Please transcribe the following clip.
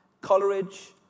Coleridge